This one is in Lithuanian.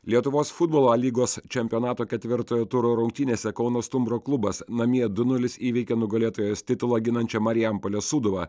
lietuvos futbolo a lygos čempionato ketvirtojo turo rungtynėse kauno stumbro klubas namie du nulis įveikė nugalėtojos titulą ginančią marijampolės sūduvą